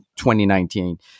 2019